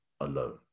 alone